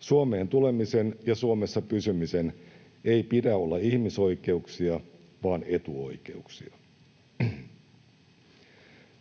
Suomeen tulemisen ja Suomessa pysymisen ei pidä olla ihmisoikeuksia vaan etuoikeuksia.